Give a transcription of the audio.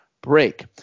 Break